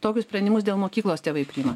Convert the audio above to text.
tokius sprendimus dėl mokyklos tėvai priima